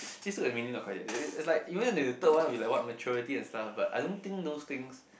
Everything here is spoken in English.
these two is really not criteria it's like even if the third one will be what maturity and stuff but I don't think those things